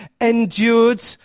endured